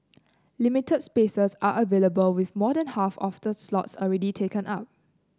limited spaces are available with more than half of the slots already taken up